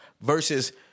versus